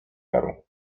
jaru